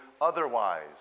otherwise